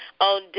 on